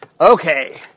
Okay